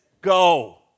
go